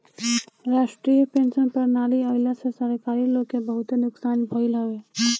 राष्ट्रीय पेंशन प्रणाली आईला से सरकारी लोग के बहुते नुकसान भईल हवे